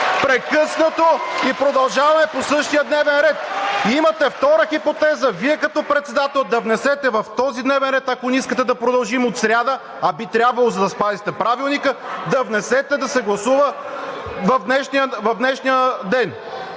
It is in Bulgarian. оратора) и продължаваме по същия дневен ред! Имате втора хипотеза – Вие, като председател, да внесете в този дневен ред, ако не искате да продължим от сряда, а би трябвало, за да спазите Правилника, да внесете да се гласува в днешния ден!